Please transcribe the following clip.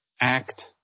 act